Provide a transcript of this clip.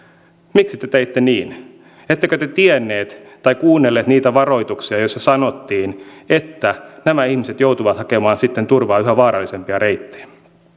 miksi te teitte niin ettekö te tienneet tai kuunnelleet niitä varoituksia joissa sanottiin että nämä ihmiset joutuvat sitten hakemaan turvaa yhä vaarallisempia reittejä